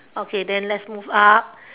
okay then let's move up